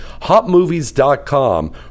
HotMovies.com